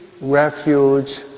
refuge